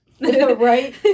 Right